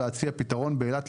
להציע פתרון באילת,